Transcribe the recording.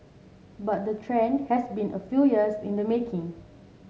but the trend has been a few years in the making